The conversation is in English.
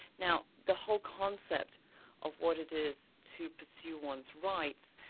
now the whole concept of what it is to pursue one's rights,